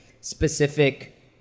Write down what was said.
specific